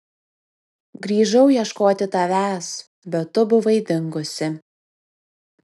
grįžau ieškoti tavęs bet tu buvai dingusi